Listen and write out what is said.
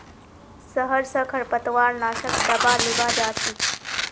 शहर स खरपतवार नाशक दावा लीबा जा छि